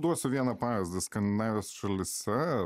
duosiu vieną pavyzdį skandinavijos šalyse